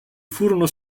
furono